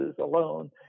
alone